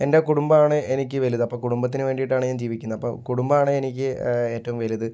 എൻ്റെ കുടുംബമാണ് എനിക്ക് വലുത് അപ്പം കുടുംബത്തിന് വേണ്ടിയിട്ടാണ് ഞാൻ ജീവിക്കുന്നത് അപ്പം കുടുംബമാണ് എനിക്ക് ഏറ്റവും വലുത്